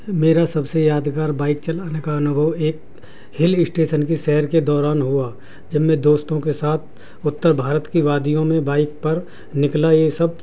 میرا سب سے یادگار بائک چلانے کا انوبھو ایک ہل اسٹیشن کی سفر کے دوران ہوا جب میں دوستوں کے ساتھ اتر بھارت کی وادیوں میں بائک پر نکلا یہ سب